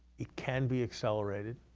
it can be accelerated.